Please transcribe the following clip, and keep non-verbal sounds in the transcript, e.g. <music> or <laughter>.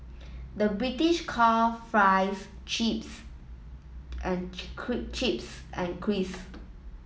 the British call fries chips and <unintelligible> chips and crisps